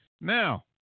now